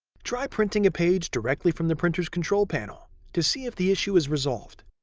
try printing a page directly from the printer's control panel to see if the issue is resolved.